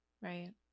right